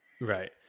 Right